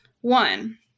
One